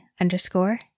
underscore